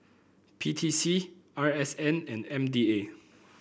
P T C R S N and M D A